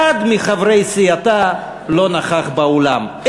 אחד מחברי סיעתה לא נכח באולם,